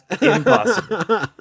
impossible